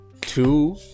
two